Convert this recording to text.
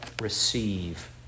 receive